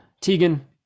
Tegan